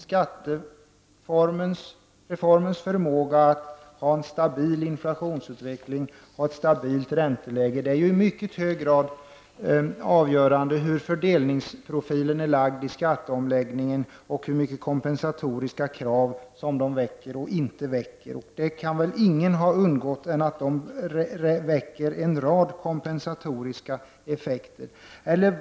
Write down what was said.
Skattereformens förmåga att bidra till stabil inflationsutveckling och ett stabilt ränteläge är i mycket hög grad avgörande för hur fördelningsprofilen är lagd i skatteomläggningen och hur mycket kompensatoriska krav de väcker och inte väcker. Ingen kan väl ha undgått att de väcker en rad kompensatoriska effekter.